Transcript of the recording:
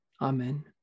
Amen